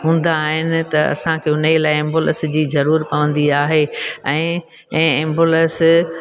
हूंदा आहिनि त असांखे हुनजे लाइ एंबुलस जी ज़रूरु पवंदी आहे ऐं ऐं एंबुलस